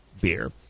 beer